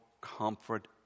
comfort